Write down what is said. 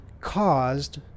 caused